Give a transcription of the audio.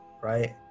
right